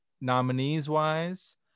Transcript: nominees-wise